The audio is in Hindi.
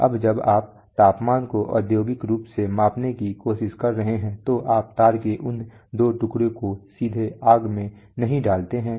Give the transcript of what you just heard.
अब जब आप तापमान को औद्योगिक रूप से मापने की कोशिश कर रहे हैं तो आप तार के उन दो टुकड़ों को सीधे आग में नहीं डालते हैं